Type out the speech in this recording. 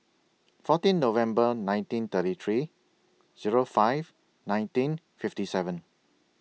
fourteen November nineteen thirty three Zero five nineteen fifty seven